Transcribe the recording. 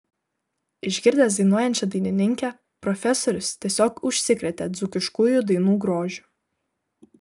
išgirdęs dainuojančią dainininkę profesorius tiesiog užsikrėtė dzūkiškųjų dainų grožiu